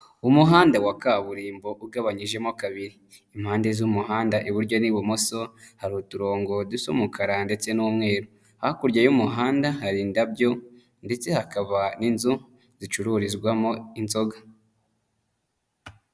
Umuhanda wa kaburimbo ugabanyijemo kabiri. Impande z'umuhanda iburyo n'ibumoso hari uturongo dusa umukara ndetse n'umweru. Hakurya y'umuhanda hari indabyo ndetse hakaba n'inzu zicururizwamo inzoga.